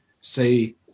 say